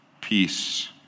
peace